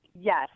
Yes